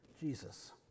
Jesus